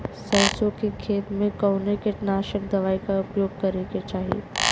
सरसों के खेत में कवने कीटनाशक दवाई क उपयोग करे के चाही?